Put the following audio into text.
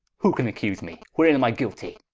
who can accuse me? wherein am i guiltie?